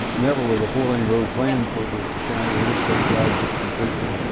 never was a four lane road planned for the county. the interstate dodged it completely.